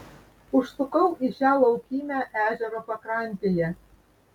užsukau į šią laukymę ežero pakrantėje